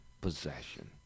possession